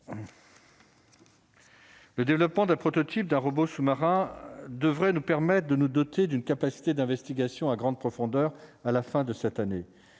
Le développement d'un prototype d'un robot sous-marin devrait nous permettent. De nous doter d'une capacité d'investigation à grande profondeur, à la fin de cette année,